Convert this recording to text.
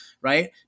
right